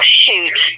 shoot